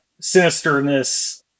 sinisterness